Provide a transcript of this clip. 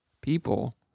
people